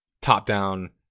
top-down